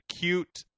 cute